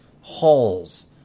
halls